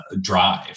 drive